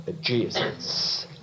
Jesus